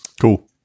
Cool